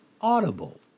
audible